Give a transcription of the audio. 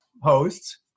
hosts